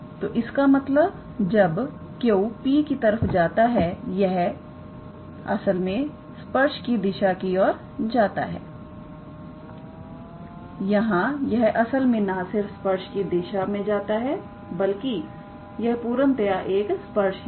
तो इसका मतलबजब Q P की तरफ जाता है यह असल में स्पर्श की दिशा की ओर जाता है यहां यह असल में ना सिर्फ स्पर्श की दिशा में जाता है बल्कि यह पूर्णतया एक स्पर्श ही है